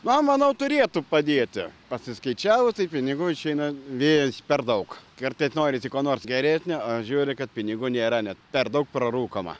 na manau turėtų padėti pasiskaičiavus tai pinigų išeina vėjais per daug kartais norisi ko nors geresnio o žiūri kad pinigų nėra net per daug prarūkoma